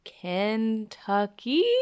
Kentucky